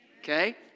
Okay